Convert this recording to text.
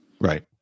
Right